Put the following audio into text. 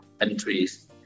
entries